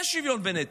זה שוויון בנטל.